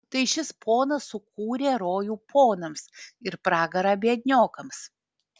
tai šis ponas sukūrė rojų ponams ir pragarą biedniokams